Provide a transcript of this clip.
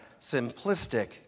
simplistic